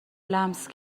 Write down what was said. لمس